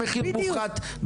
במחיר מופחת,